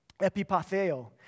epipatheo